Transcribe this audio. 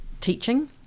teaching